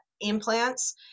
implants